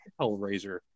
Hellraiser